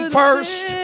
first